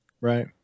Right